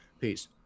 Peace